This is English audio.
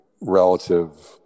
relative